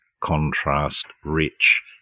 contrast-rich